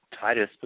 Titus